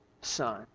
son